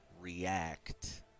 react